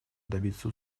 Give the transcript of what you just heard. добиться